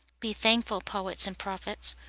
be thankful, poets and prophets,